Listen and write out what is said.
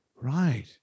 right